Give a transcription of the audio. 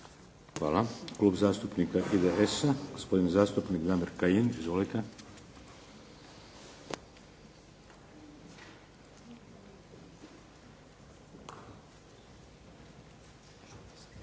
Hvala. Klub zastupnika IDS-a, gospodin zastupnik Damir Kajin. Izvolite.